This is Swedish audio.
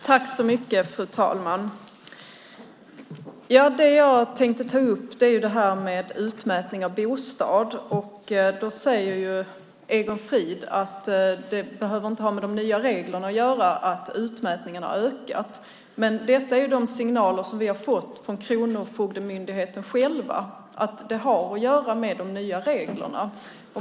Fru talman! Jag tänkte ta upp frågan om utmätning av bostad. Egon Frid säger att det inte behöver ha med de nya reglerna att göra att antalet utmätningar har ökat. Men vi har fått signaler från Kronofogdemyndigheten själv att det har att göra med de nya reglerna.